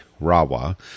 Rawa